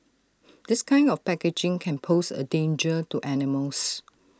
this kind of packaging can pose A danger to animals